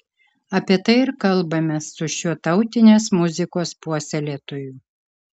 apie tai ir kalbamės su šiuo tautinės muzikos puoselėtoju